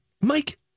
Mike